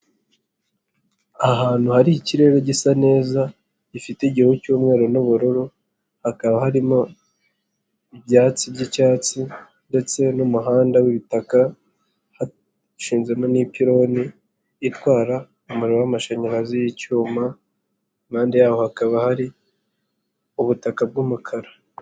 Ahantu hari ikirere gisa neza, gifite igihu cy'umweru n'ubururu, hakaba harimo ibyatsi by'icyatsi ndetse n'umuhanda w'ibitaka, hashizezwemo n'ipiloni itwara Umuriro w'amashanyarazi y'icyuma, impande yaho hakaba hari ubutaka bw'umukara.